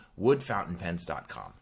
woodfountainpens.com